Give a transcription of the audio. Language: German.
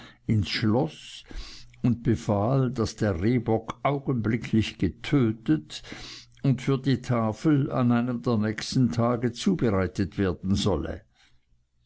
ins schloß und befahl daß der rehbock augenblicklich getötet und für die tafel an einem der nächsten tage zubereitet werden solle